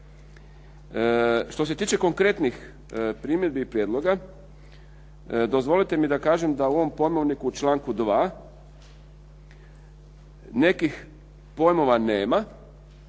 Što se tiče konkretnih primjedbi i prijedloga, dozvolite mi da kažem da u ovom pojmovniku u članku 2. nekih pojmova nema,